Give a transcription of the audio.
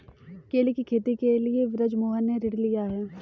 केले की खेती के लिए बृजमोहन ने ऋण लिया है